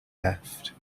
left